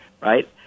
right